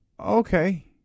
Okay